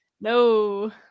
no